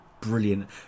brilliant